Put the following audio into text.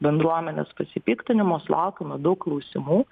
bendruomenės pasipiktinimo sulaukėme daug klausimų